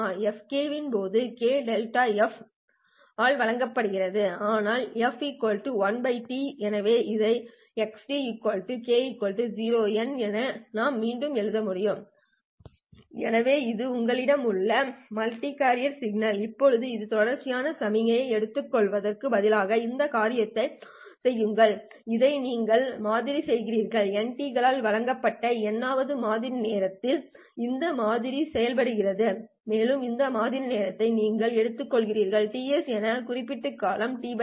fk இப்போது k∆f ஆல் வழங்கப்படுகிறது ஆனால் f 1 T எனவே இதை x k 0N 1Xkej2πkt T என மீண்டும் எழுத முடியும் எனவே இது உங்களிடம் உள்ள மல்டிகாரியர் சிக்னல் இப்போது இந்த தொடர்ச்சியான சமிக்ஞை x ஐ எடுப்பதற்கு பதிலாக ஒரு காரியத்தைச் செய்யுங்கள் இதை நீங்கள் மாதிரி செய்கிறீர்கள் nT களால் வழங்கப்பட்ட n வது மாதிரி நேரத்தில் இதை மாதிரி செய்கிறீர்கள் மேலும் இந்த மாதிரி நேரத்தை நீங்கள் எடுத்துக்கொள்கிறீர்கள் Ts என குறியீட்டு காலம் T n